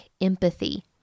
empathy